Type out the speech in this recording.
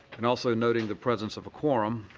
and also noting the presence of a quorum,